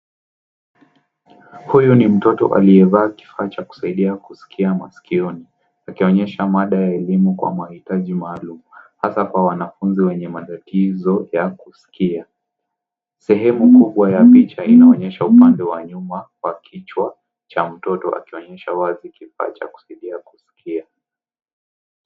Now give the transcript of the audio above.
Huyu ni mtoto aliyevaa kifaa cha kusaidia kusikia masikioni. Akionyesha mada ya elimu kwa maitaji maalum, hasa kwa wanafunzi wenye matatizo ya kusikia. Sehemu kubwa ya picha inaonyesha upande wa nyuma wa kichwa cha mtoto akionyesha wazi kifaa cha kusaidia kusikia.